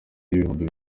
n’ibihumbi